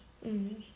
mm